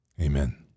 Amen